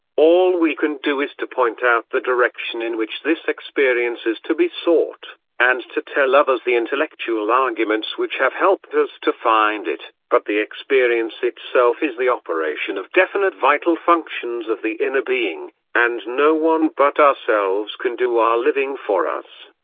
all we can do is to point out the direction in which this experience is to be sought, and to tell others the intellectual arguments which have helped us to find it but the experience itself is the operation of definite vital functions of the inner being, and no one but ourselves can do our living for us.